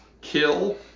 kill